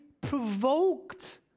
provoked